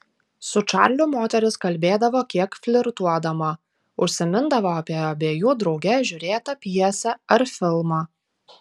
su čarliu moteris kalbėdavo kiek flirtuodama užsimindavo apie abiejų drauge žiūrėtą pjesę ar filmą